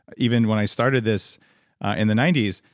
even when i started this in the ninety s,